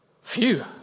Phew